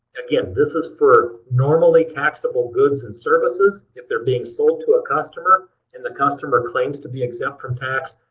again, this is for normally taxable goods and services if they're being sold to a customer and the customer claims to be exempt from tax,